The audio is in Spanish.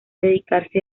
dedicarse